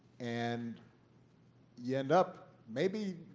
and you end up, maybe,